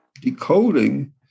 decoding